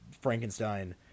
Frankenstein